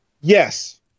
yes